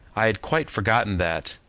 i had quite forgotten that,